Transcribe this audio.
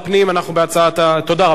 תודה רבה לך, אדוני.